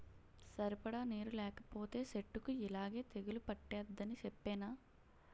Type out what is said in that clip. సరిపడా నీరు లేకపోతే సెట్టుకి యిలాగే తెగులు పట్టేద్దని సెప్పేనా?